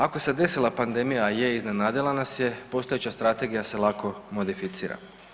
Ako se desila pandemija a je, iznenadila nas je postojeća strategija se lako modificira.